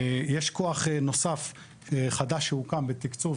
יש כוח נוסף חדש שהוקם בתקצוב,